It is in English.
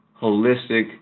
holistic